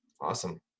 Awesome